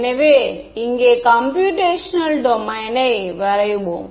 எனவே இங்கே computational domain யை வரைவோம்